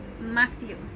Matthew